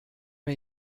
mir